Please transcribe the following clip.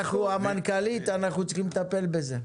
המנכ"לית, אנחנו צריכים לטפל בזה.